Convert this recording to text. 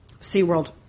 SeaWorld